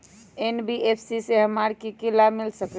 NBFC से हमार की की लाभ मिल सक?